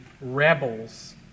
rebels